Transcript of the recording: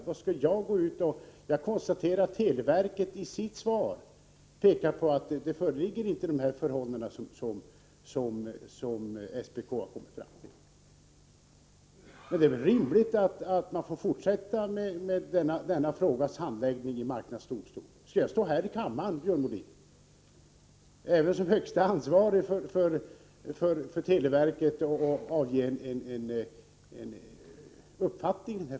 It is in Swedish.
Varför skall jag gå ut och konstatera att televerket påpekat att det inte föreligger sådana förhållanden som SPK påstår råder. Det är rimligt att marknadsdomstolen får fortsätta med frågans handläggning. Även om jag är den högste ansvarige för televerket måste jag fråga Björn Molin: Skall jag stå här i kammaren och avge omdömen i denna sak?